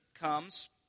comes